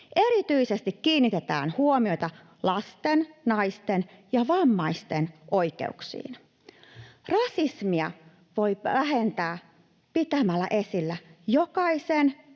Erityisesti kiinnitetään huomiota lasten, naisten ja vammaisten oikeuksiin. Rasismia voi vähentää pitämällä esillä jokaisen